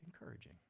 encouraging